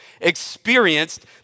experienced